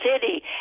city